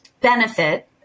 benefit